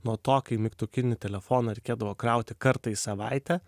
nuo to kai mygtukinį telefoną reikėdavo krauti kartą į savaitę